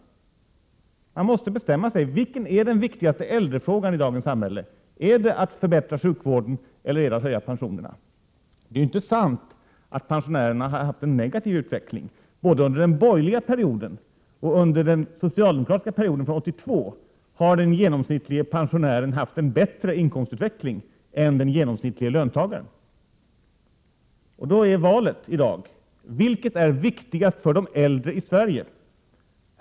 Man måste bestämma sig för vilken den viktigaste äldrefrågan i dagens samhälle är. Är det att förbättra sjukvården eller är det att höja pensionerna? Det är inte sant att pensionärerna haft en negativ inkomstutveckling. Både under den borgerliga regeringsperioden och under den socialdemokratiska från 1982 har den genomsnittliga pensionären haft en bättre inkomstutveckling än den genomsnittliga löntagaren. Då är frågan i dag: Vilket är det viktigaste för de äldre i Sverige?